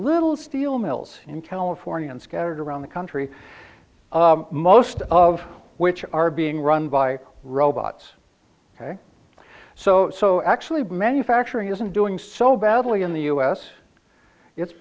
little steel mills in california and scattered around the country most of which are being run by robots ok so so actually manufacturing isn't doing so badly in the u s it's